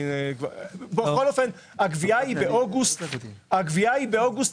הגבייה היא באוגוסט